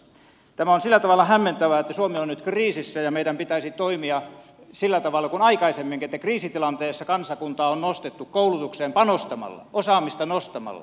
tämä on sillä tavalla hämmentävää että suomi on nyt kriisissä ja meidän pitäisi toimia sillä tavalla kuin aikaisemminkin kun kriisitilanteessa kansakuntaa on nostettu koulutukseen panostamalla osaamista nostamalla